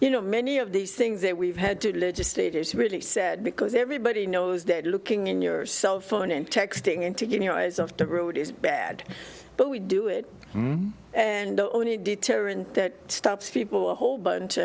you know many of these things that we've had to diligence stagers really said because everybody knows that looking in your cell phone and texting and to get your eyes off the road is bad but we do it and the only deterrent that stops people a whole bunch